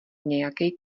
nějakej